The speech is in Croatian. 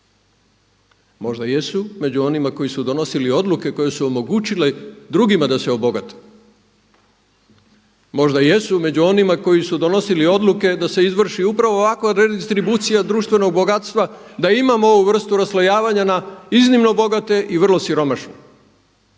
Možda jesu među onima koji su donosili odluke koje su omogućile drugim da se obogate. Možda jesu među onima koji su donosili odluke da se izvrši upravo ovakva redistribucija društvenog bogatstva, da imamo ovu vrstu raslojavanja na iznimno bogate i vrlo siromašne.